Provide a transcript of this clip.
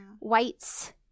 whites